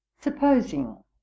supposing